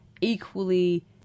equally